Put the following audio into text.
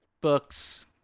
books